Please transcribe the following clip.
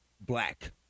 black